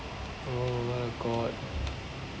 oh my god